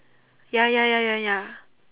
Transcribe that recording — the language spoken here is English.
ya ya ya ya ya